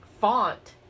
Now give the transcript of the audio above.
font